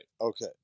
Okay